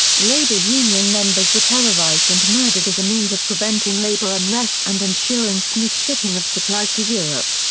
labor union members were terrorized and murdered as a means of preventing labor unrest and ensuring smooth shipping of supplies to europe.